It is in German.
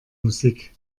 musik